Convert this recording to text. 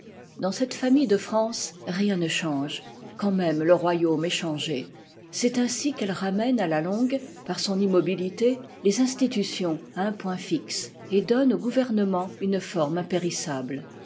dans cette famille de france rien ne change quand même le royaume est changé c'est ainsi qu'elle ramène à la longue par son immobilité les institutions à un point fixe et donne au gouvernement une forme